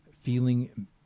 feeling